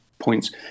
points